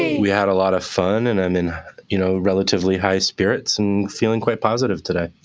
we had a lot of fun. and i'm in you know relatively high spirits and feeling quite positive today.